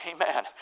Amen